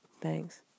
thanks